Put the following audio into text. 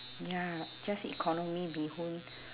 ya just economy bee hoon